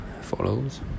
Follows